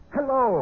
Hello